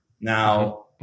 Now